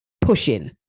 pushing